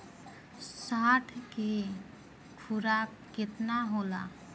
साढ़ के खुराक केतना होला?